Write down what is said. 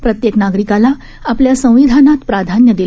प्रत्येक नागरिकाला आपल्या संविधानात प्राधान्य दिलं आहे